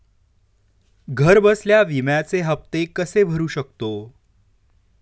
घरबसल्या विम्याचे हफ्ते कसे भरू शकतो?